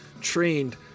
trained